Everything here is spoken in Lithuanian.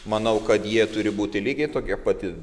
manau kad jie turi būti lygiai tokie pati